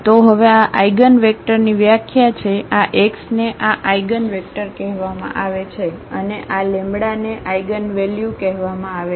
તો હવે આ આઇગનવેક્ટરની વ્યાખ્યા છે આ x ને આ આઇગનવેક્ટર કહેવામાં આવે છે અને આ લેમ્બડાને આઇગનવેલ્યુ કહેવામાં આવે છે